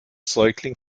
säugling